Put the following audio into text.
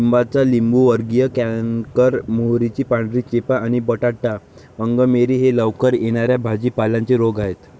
लिंबाचा लिंबूवर्गीय कॅन्कर, मोहरीची पांढरी चेपा आणि बटाटा अंगमेरी हे लवकर येणा या भाजी पाल्यांचे रोग आहेत